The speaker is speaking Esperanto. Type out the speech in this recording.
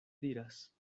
diras